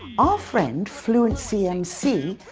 our friend, fluency mc,